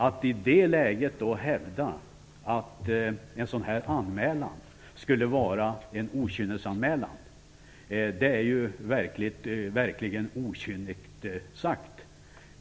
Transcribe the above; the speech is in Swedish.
Att i det läget hävda att denna anmälan skulle vara en okynnesanmälan är ju verkligen okynnigt sagt.